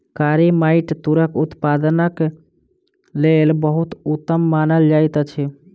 कारी माइट तूरक उत्पादनक लेल बहुत उत्तम मानल जाइत अछि